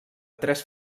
tres